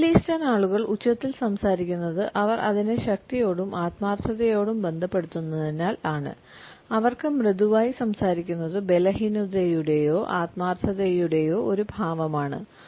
middle eastern ആളുകൾ ഉച്ചത്തിൽ സംസാരിക്കുന്നത് അവർ അതിനെ ശക്തിയോടും ആത്മാർത്ഥതയോടും ബന്ധപ്പെടുത്തുന്നതിനാൽ ആണ് അവർക് മൃദുവായി സംസാരിക്കുന്നത് ബലഹീനതയുടെയോ ആത്മാർത്ഥതയുടെയോ ഒരു ഭാവം ആണ്